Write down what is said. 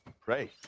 Pray